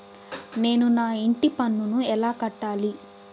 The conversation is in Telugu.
నేను నా ఇంటి పన్నును ఎలా కట్టాలి?